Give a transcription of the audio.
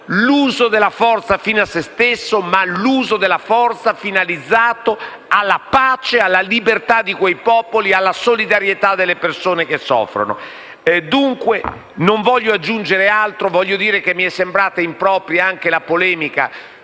non l'uso della forza fine a se stessa, ma l'uso della forza finalizzata alla pace, alla libertà di quei popoli e alla solidarietà alle persone che soffrono. Non desidero aggiungere altro, ma voglio dire che mi è sembrata impropria la polemica